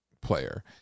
player